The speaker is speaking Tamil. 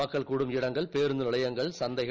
மக்கள் கூடும் இடங்கள் பேருந்து நிலையங்கள் சந்தைகள்